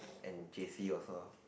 and J_C also